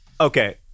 Okay